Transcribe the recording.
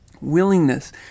Willingness